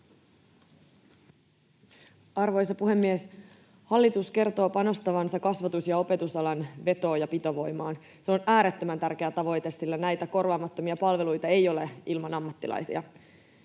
Arvoisa puhemies! Hallitus kertoo panostavansa kasvatus- ja opetusalan veto- ja pitovoimaan. Se on äärettömän tärkeä tavoite, sillä näitä korvaamattomia palveluita ei ole ilman ammattilaisia.